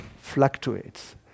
fluctuates